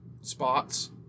spots